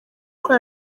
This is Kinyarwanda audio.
kuri